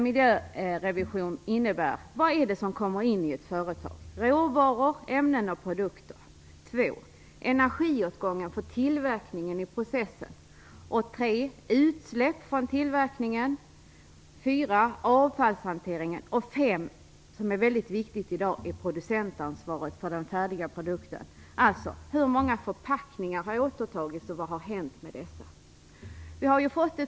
Miljörevison som innebär att man ser efter vad som kommer in i ett företag i form av råvaror, ämnen och produkter. Producentansvaret är något som är mycket viktigt i dag. Hur många förpackningar har återtagits, och vad har hänt med dessa?